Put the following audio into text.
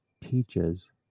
teaches